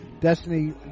Destiny